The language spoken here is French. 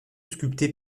sculptées